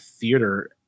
theater